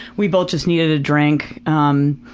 we both just needed a drink. um.